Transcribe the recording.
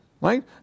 right